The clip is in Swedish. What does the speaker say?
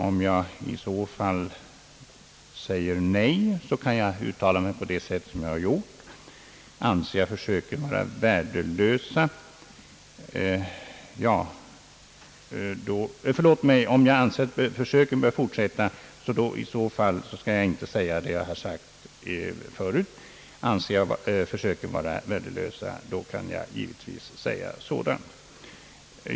Om jag i så fall säger ja, kan jag inte uttala mig på det sätt som jag har gjort. Anser jag att försöken är värdelösa, kan jag givetvis säga så.